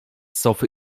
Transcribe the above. sofy